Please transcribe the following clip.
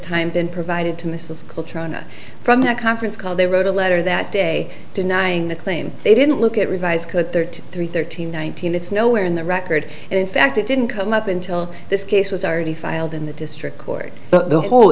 time been provided to mrs culture and from that conference call they wrote a letter that day denying the claim they didn't look at revised code thirty three thirteen nineteen it's nowhere in the record and in fact it didn't come up until this case was already filed in the district court but the whole